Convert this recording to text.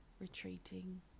retreating